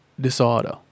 disorder